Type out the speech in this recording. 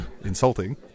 Insulting